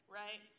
right